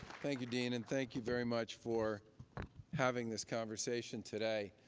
thank you, dean. and thank you very much for having this conversation today.